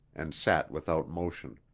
and sat without motion.